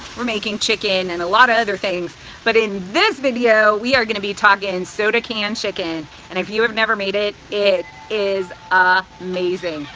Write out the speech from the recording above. we're making chicken and a lot of other things but in this video, we are gonna be talking and soda can chicken and if you have never made it, it is ah amazing.